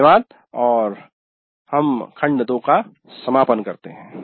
धन्यवाद और हम खंड 2 का समापन करते हैं